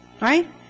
Right